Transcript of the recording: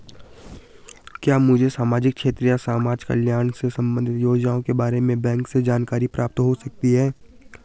क्या मुझे सामाजिक क्षेत्र या समाजकल्याण से संबंधित योजनाओं के बारे में बैंक से जानकारी प्राप्त हो सकती है?